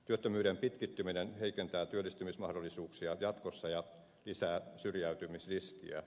työttömyyden pitkittyminen heikentää työllistymismahdollisuuksia jatkossa ja lisää syrjäytymisriskiä